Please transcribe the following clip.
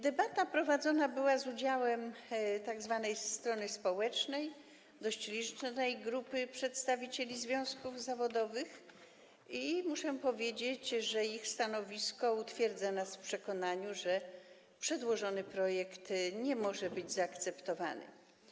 Debata była prowadzona z udziałem strony społecznej, dość licznej grupy przedstawicieli związków zawodowych, i muszę powiedzieć, że ich stanowisko utwierdza nas w przekonaniu, że przedłożony projekt nie może być zaakceptowany.